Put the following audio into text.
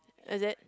is it